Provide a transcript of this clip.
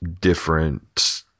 different